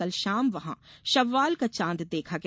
कल शाम वहां शव्वाल का चांद देखा गया